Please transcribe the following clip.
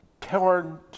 torn